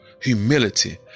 humility